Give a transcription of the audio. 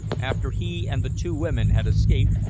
after he and the two women had escaped,